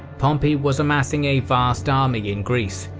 pompey was amassing a vast army in greece,